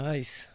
Nice